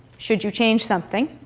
should you change something?